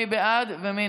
מי בעד ומי